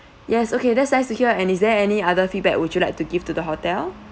yes okay that's nice to hear and is there any other feedback would you like to give to the hotel